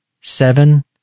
Seven